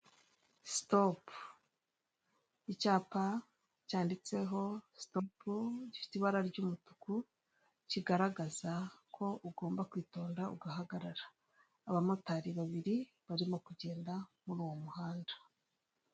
Sitopu icyapa cyanditseho sitopu gifite ibara ry'umutuku kigaragaza ko ugomba kwitonda ugahagarara, abamotari babiri barimo kugenda muruwo muhanda.